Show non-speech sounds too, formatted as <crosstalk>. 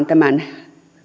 <unintelligible> tämän